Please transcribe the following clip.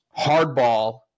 Hardball